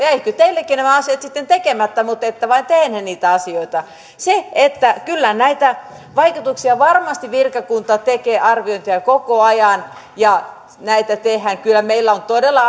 jäivätkö teilläkin nämä asiat sitten tekemättä ette vain tehneet niitä asioita kyllä näitä vaikutusarviointeja varmasti virkakunta tekee koko ajan näitä tehdään kyllä meillä on todella